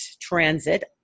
transit